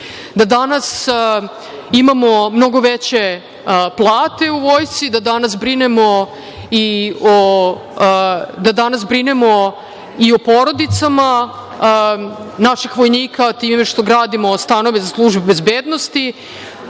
Da danas imamo mnogo veće plate u Vojsci, da danas brinemo i o porodicama naših vojnika time što gradimo stanove za službe bezbednosti,